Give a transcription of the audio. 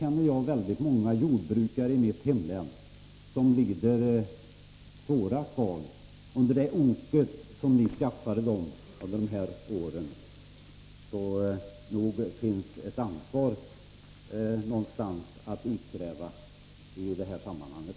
Jag känner många jordbrukare i mitt hemlän som lider svåra kval under det ok som ni lade på dem under de borgerliga åren. Så nog finns det ett ansvar att utkräva även i det här sammanhanget.